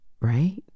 right